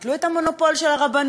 תבטלו את המונופול של הרבנות